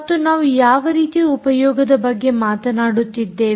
ಮತ್ತು ನಾವು ಯಾವ ರೀತಿಯ ಉಪಯೋಗದ ಬಗ್ಗೆ ಮಾತನಾಡುತ್ತಿದ್ದೇವೆ